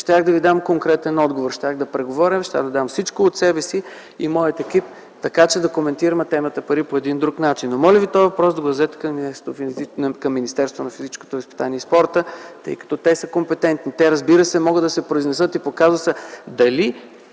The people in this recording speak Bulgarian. щях да Ви дам конкретен отговор. Щях да преговарям, щях да дам всичко от себе си и моят екип, така че да коментираме темата пари по един друг начин. Моля Ви този въпрос да го зададете към Министерството на физическото възпитание и спорта, тъй като те са компетентни. Те, разбира се, могат да се произнесат и по казуса дали